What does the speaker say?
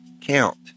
count